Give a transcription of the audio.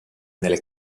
nelle